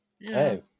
hey